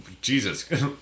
Jesus